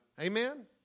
Amen